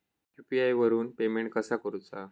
UPI वरून payment कसा करूचा?